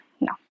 No